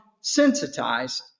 sensitized